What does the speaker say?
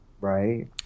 Right